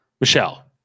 Michelle